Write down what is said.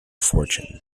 fortune